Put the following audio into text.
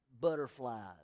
butterflies